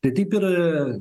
tai taip ir